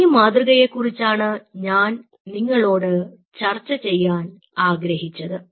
ഈ മാതൃകയെ കുറിച്ചാണ് ഞാൻ നിങ്ങളോട് ചർച്ചചെയ്യാൻ ആഗ്രഹിച്ചത്